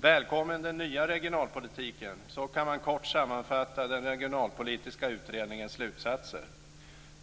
välkommen den nya regionalpolitiken. Så kan man kort sammanfatta den regionalpolitiska utredningens slutsatser.